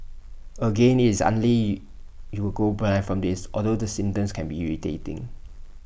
again IT is you will go blind from this although the symptoms can be irritating